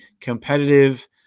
competitive